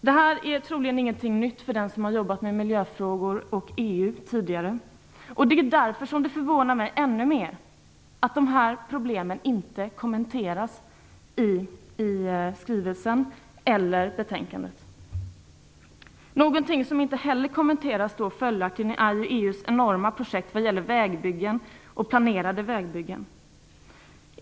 Det här är troligen ingenting nytt för den som har jobbat med miljöfrågor och EU tidigare. Därför förvånar det mig ännu mer att dessa problem inte kommenteras i skrivelsen eller betänkandet. Något som inte heller kommenteras i skrivelsen är följaktligen EU:s enorma projekt vad gäller vägbyggen och planerade sådana.